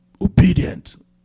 Obedient